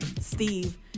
Steve